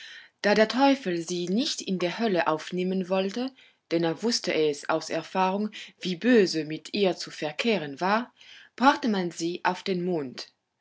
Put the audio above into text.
da der teufel sie nicht in der hölle aufnehmen wollte denn er wußte es aus erfahrung wie böse mit ihr zu verkehren war brachte man sie auf den mond